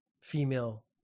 female